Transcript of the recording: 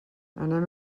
anem